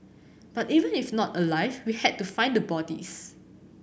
but even if not alive we had to find the bodies